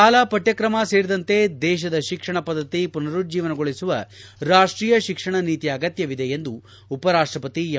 ಶಾಲಾ ಪಠ್ಚಕ್ರಮ ಸೇರಿದಂತೆ ದೇಶದ ಶಿಕ್ಷಣ ಪದ್ದತಿ ಪುನರುಜ್ಜೀವಗೊಳಿಸುವ ರಾಷ್ಟೀಯ ಶಿಕ್ಷಣ ನೀತಿಯ ಅಗತ್ಯವಿದೆ ಎಂದು ಉಪರಾಷ್ಟಪತಿ ಎಂ